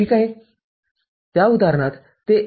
त्या उदाहरणात ते १